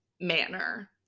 manner